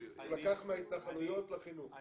הוא לקח מההתנחלויות לחינוך.